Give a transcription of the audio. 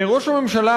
ראש הממשלה,